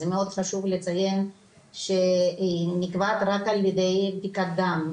זה מאוד חשוב לציין שהיא נקבעת רק ע"י בדיקת דם.